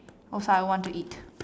also I want eat